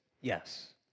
yes